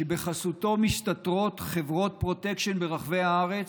שבחסותו מסתתרות חברות פרוטקשן ברחבי הארץ,